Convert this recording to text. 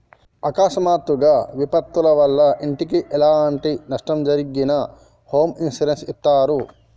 అకస్మాత్తుగా విపత్తుల వల్ల ఇంటికి ఎలాంటి నష్టం జరిగినా హోమ్ ఇన్సూరెన్స్ ఇత్తారు